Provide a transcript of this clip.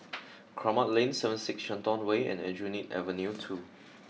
Kramat Lane seven six Shenton Way and Aljunied Avenue two